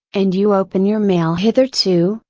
and you open your mail hitherto,